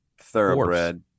Thoroughbred